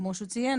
כפי שהוא ציין,